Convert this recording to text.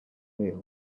failed